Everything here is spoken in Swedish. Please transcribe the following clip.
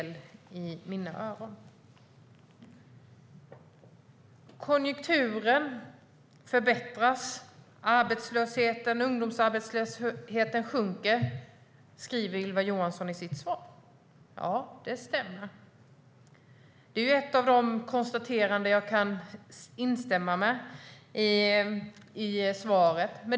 Ylva Johansson säger i sitt svar att konjunkturen förbättras och att arbetslösheten och ungdomsarbetslösheten sjunker. Ja, det stämmer. Det är ett av de konstateranden jag kan instämma i när det gäller svaret.